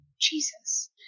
Jesus